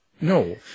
No